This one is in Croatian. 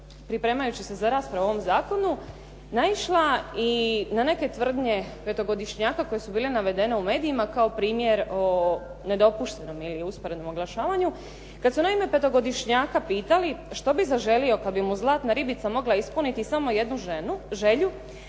pripremajući se za raspravu o ovom zakonu naišla i na neke tvrdnje petogodišnjaka koje su bile navedene u medijima kao primjer o nedopuštenom ili usporednom oglašavanju kad su naime petogodišnjaka pitali što bi zaželio kad bi mu zlatna ribica mogla ispuniti samo jednu želju,